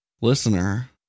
Listener